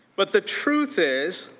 but the truth is,